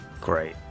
Great